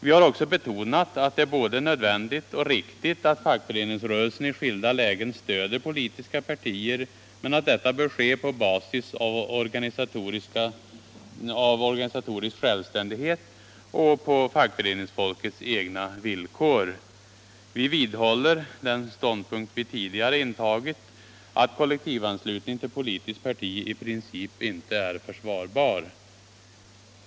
Vi har också betonat att det är både nödvändigt och riktigt att fackföreningsrörelsen i skilda lägen stöder politiska partier men understrukit att detta bör ske på basis av organisatorisk självständighet och på fackföreningsfolkets egna villkor: Vi vidhåller den ståndpunkt vi tidigare intagit, nämligen att kollektivanslutning till politiskt parti i princip inte är försvarbar.